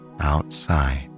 outside